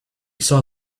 saw